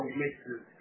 mixes